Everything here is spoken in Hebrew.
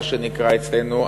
מה שנקרא אצלנו,